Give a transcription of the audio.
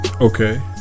Okay